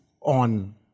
on